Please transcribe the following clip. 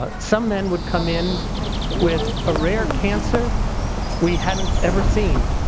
ah some men would come in with a rare cancer we hadn't ever seen.